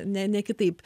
ne ne kitaip